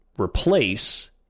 replace